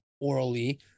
orally